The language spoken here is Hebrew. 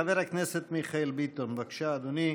חבר הכנסת מיכאל ביטון, בבקשה, אדוני.